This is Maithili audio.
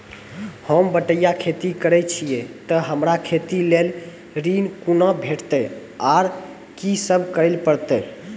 होम बटैया खेती करै छियै तऽ हमरा खेती लेल ऋण कुना भेंटते, आर कि सब करें परतै?